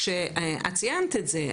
כשאת ציינת את זה.